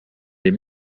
les